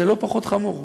זה לא פחות חמור.